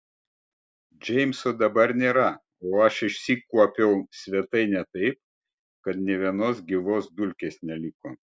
džeimso dabar nėra o aš išsikuopiau svetainę taip kad nė vienos gyvos dulkės neliko